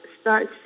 start